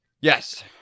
Yes